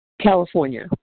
California